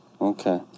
Okay